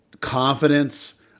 confidence